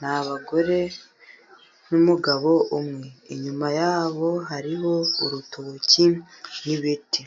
n'abagore ,n'umugabo umwe. Inyuma yabo hariho urutoki n'ibiti.